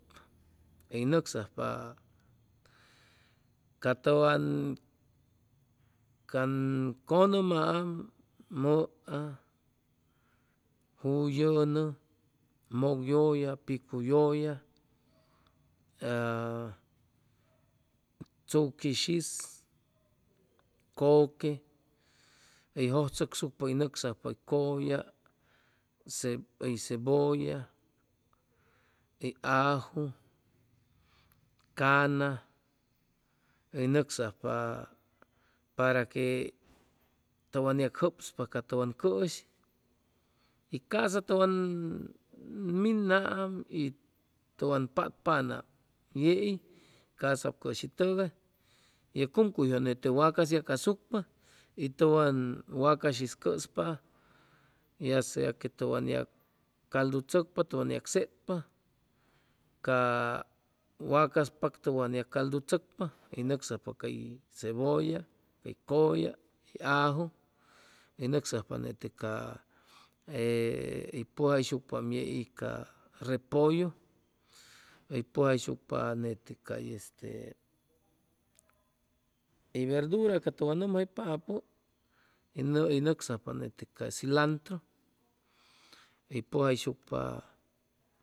Hʉy nʉcsajpa ca tʉwan can cʉnʉmaam mʉa, jullʉnʉ, mʉkyʉlla, picu yʉlla, aaa tzuqui shis, kʉque, hʉy jʉjchʉcsucpa hʉy nʉcsajpa cʉlla, hʉy cebolla, hʉy aju, caana, hʉy nʉcsajpa para que tʉwan yag jʉpspa ca tʉwan cʉshi y ca'sa tʉwan minaam y tʉwan patpanam yei casap cʉshi tʉgay ye cumcuyjʉ nete wacas yacasucpa y tʉwan wacas shis cʉspa ya sea que tʉwan yag caldu chʉcpa tʉan yag setpa ca wacas pak tʉwan ya caldu tzʉcpa hʉy nʉcsajpa cay cebolla, cay cʉlla. cay aju, hʉy nʉcsajpa nete ca e hʉy pʉjayshucpa yei ca repollo, hʉy pʉjayshucpa nete cay este hʉy verdura ca tʉwan nʉmjaypapʉ hʉy nʉcsajpa nete ca cilantru, hʉy pʉjayshucpa